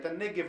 את הנגב,